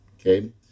okay